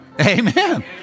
Amen